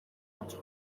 حاج